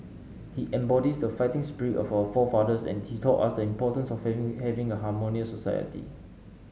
he embodies the fighting spirit of our forefathers and he taught us the importance of having a harmonious society